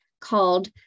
called